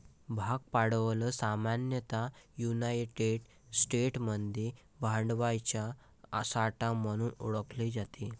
भाग भांडवल सामान्यतः युनायटेड स्टेट्समध्ये भांडवलाचा साठा म्हणून ओळखले जाते